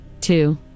two